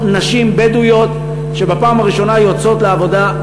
נשים בדואיות שבפעם הראשונה יוצאות לעבודה.